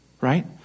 right